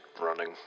running